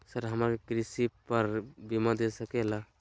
Sir हमरा के कृषि पर बीमा दे सके ला?